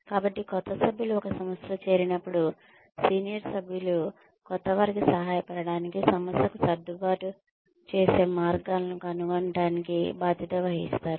కాబట్టి క్రొత్త సభ్యులు ఒక సంస్థలో చేరినప్పుడు సీనియర్ సభ్యులు కొత్తవారికి సహాయపడటానికి సంస్థకు సర్దుబాటు చేసే మార్గాలను కనుగొనటానికి బాధ్యత వహిస్తారు